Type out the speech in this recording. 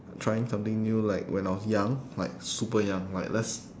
trying something new like when I was young like super young like let's